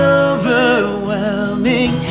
overwhelming